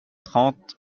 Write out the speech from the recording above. trente